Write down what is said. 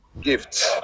gift